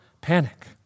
panic